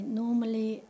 normally